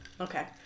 Okay